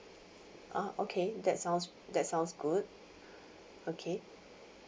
ah okay that sounds that sounds good okay